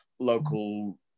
local